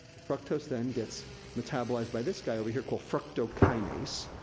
fructose, then, gets metabolized by this guy, over here, called fructokinase,